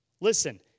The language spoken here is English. Listen